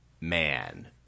man